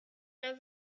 man